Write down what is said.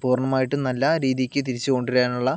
പൂർണ്ണമായിട്ടും നല്ല രീതിക്ക് തിരിച്ച് കൊണ്ടു വരാനുള്ള